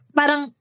parang